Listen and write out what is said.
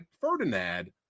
Ferdinand